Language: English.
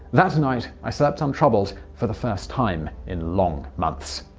that night i slept untroubled for the first time in long months.